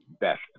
best